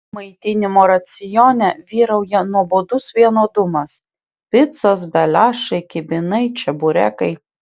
maitinimo racione vyrauja nuobodus vienodumas picos beliašai kibinai čeburekai